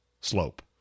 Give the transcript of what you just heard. slope